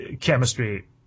chemistry